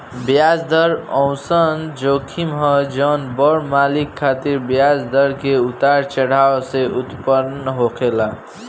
ब्याज दर ओइसन जोखिम ह जवन बड़ मालिक खातिर ब्याज दर के उतार चढ़ाव से उत्पन्न होला